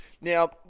Now